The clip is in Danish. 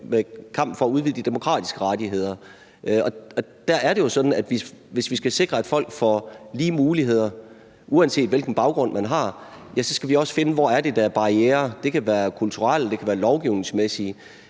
om kampen for at udvikle demokratiske rettigheder. Der er det jo sådan, at hvis vi skal sikre, at folk får lige muligheder, uanset hvilken baggrund de har, skal vi også finde ud af, hvor der er barrierer – det kan være kulturelle, det kan være lovgivningsmæssige,